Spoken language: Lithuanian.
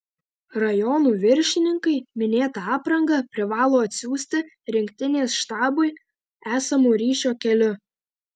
rajonų viršininkai minėtą aprangą privalo atsiųsti rinktinės štabui esamu ryšio keliu